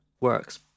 works